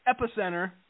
epicenter